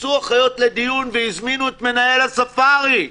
התכנסו החיות לדיון והזמינו את מנהל הספארי.